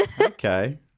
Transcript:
Okay